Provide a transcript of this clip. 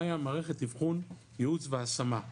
מערכת אבחון ייעוץ והשמה.